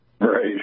Right